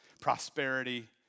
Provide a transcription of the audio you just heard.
prosperity